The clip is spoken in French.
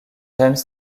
james